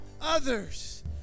others